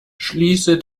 schließe